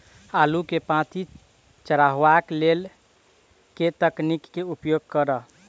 आलु केँ पांति चरावह केँ लेल केँ तकनीक केँ उपयोग करऽ?